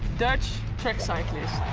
dutch track cyclist.